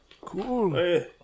Cool